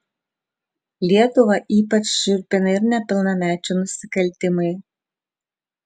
lietuvą ypač šiurpina ir nepilnamečių nusikaltimai